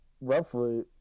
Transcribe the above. roughly